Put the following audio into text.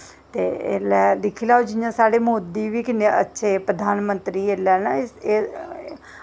ते ऐल्लै दिक्खी लैओ जि'यां साढ़े मोदी बी कि'न्ने अच्छे प्रधानमंत्री ऐल्लै न